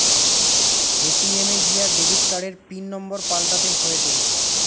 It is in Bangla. এ.টি.এম এ গিয়া ডেবিট কার্ডের পিন নম্বর পাল্টাতে হয়েটে